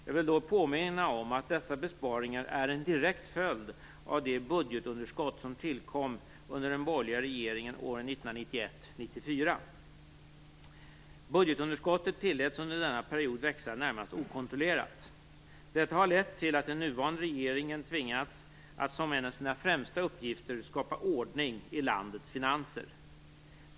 Jag vill då påminna om att dessa besparingar är en direkt följd av det budgetunderskott som tillkom under den borgerliga regeringen åren 1991-1994. Budgetunderskottet tilläts under denna period växa närmast okontrollerat. Detta har lett till att den nuvarande regeringen tvingats att som en av sina främsta uppgifter skapa ordning i landets finanser.